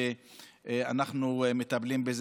שאנחנו מטפלים בזה,